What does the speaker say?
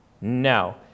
No